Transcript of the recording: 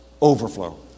overflow